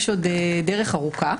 יש עוד דרך ארוכה.